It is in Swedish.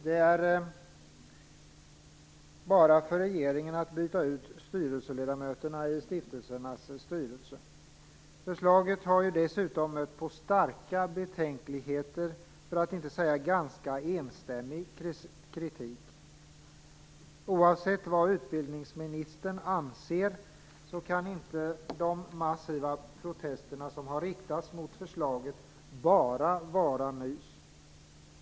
Det är bara för regeringen att byta ut styrelseledamöterna i stiftelsernas styrelse. Förslaget har ju dessutom mött starka betänkligheter, för att inte säga ganska enstämmig kritik. Oavsett vad utbildningsministern anser kan inte de massiva protester som har riktats mot förslaget "bara" vara nys.